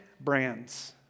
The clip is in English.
brands